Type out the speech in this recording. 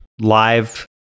live